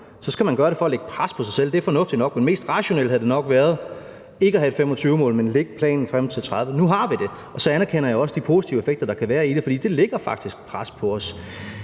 skal man gøre det for at lægge pres på sig selv – det er fornuftigt nok. Men det mest rationelle havde nok været ikke at have et 2025-mål, men lægge planen frem til 2030, men nu har vi det, og så anerkender jeg også de positive effekter, der kan være i det, for det lægger faktisk et pres på os.